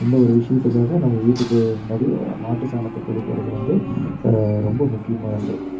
இந்த ஒரு விஷயத்துக்காக நம்ம வீட்டுக்கு முன்னாடி மாட்டுச்சாணத்தை தெளிக்கிறது வந்து ரொம்ப முக்கியமானது